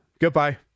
goodbye